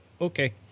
okay